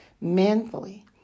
manfully